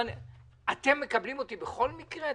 אתם מקבלים אותי בכל מקרה?